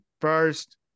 first